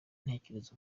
ntekereza